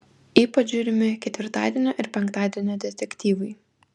ypač žiūrimi ketvirtadienio ir penktadienio detektyvai